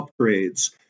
upgrades